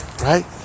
right